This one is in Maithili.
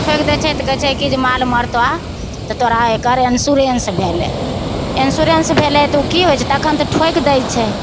ठोकि दै छै तऽ कहै छै कि जे माल मरतऽ तऽ तोरा एकर इन्श्योरेन्स भेलै इन्श्योरेन्स भेलै तऽ ओ कि होइ छै तखन तऽ ठोकि दै छै